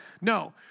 No